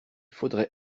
faudrait